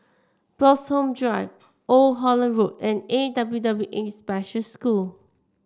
Bloxhome Drive Old Holland Road and A W W A Special School